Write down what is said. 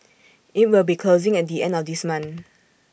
IT will be closing at the end of this month